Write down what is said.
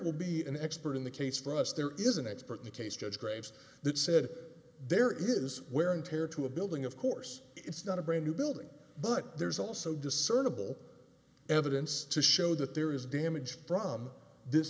will be an expert in the case for us there is an expert in the case judge graves that said there is wear and tear to a building of course it's not a brand new building but there's also discernible evidence to show that there is damage from